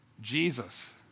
Jesus